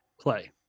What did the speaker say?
play